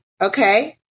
okay